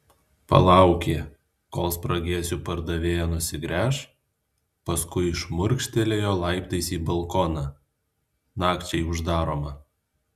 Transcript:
palaukė kol spragėsių pardavėja nusigręš paskui šmurkštelėjo laiptais į balkoną nakčiai uždaromą